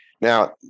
Now